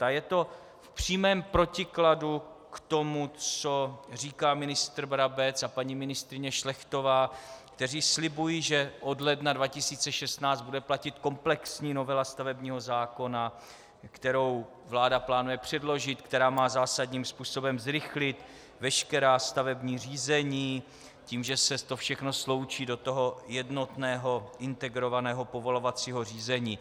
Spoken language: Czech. A je to v přímém protikladu k tomu, co říká ministr Brabec a paní ministryně Šlechtová, kteří slibují, že od ledna 2016 bude platit komplexní novela stavebního zákona, kterou vláda plánuje předložit, která má zásadním způsobem zrychlit veškerá stavební řízení tím, že se to všechno sloučí do jednotného integrovaného povolovacího řízení.